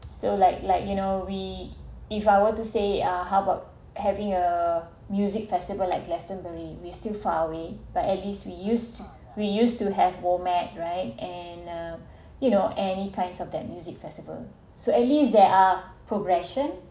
so like like you know we if I were to say uh how about having a music festival like glastonbury we still far away but at least we used we used to have WOMAD right and uh you know any kinds of that music festival so at least there are progression